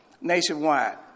nationwide